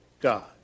God